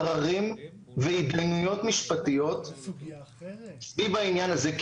עררים והתדיינויות משפטיות סביב העניין הזה.